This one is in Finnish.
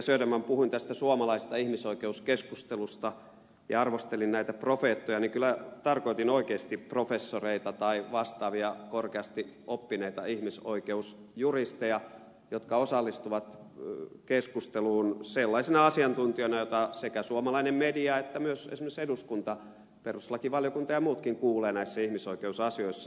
söderman puhuin tästä suomalaisesta ihmisoikeuskeskustelusta ja arvostelin näitä profeettoja niin kyllä tarkoitin oikeasti professoreja tai vastaavia korkeasti oppineita ihmisoikeusjuristeja jotka osallistuvat keskusteluun sellaisina asiantuntijoina joita sekä suomalainen media että myös esimerkiksi eduskunta perustuslakivaliokunta ja muutkin kuulevat näissä ihmisoikeusasioissa